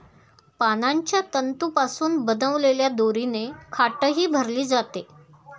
पानांच्या तंतूंपासून बनवलेल्या दोरीने खाटही भरली जाते